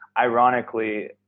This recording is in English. ironically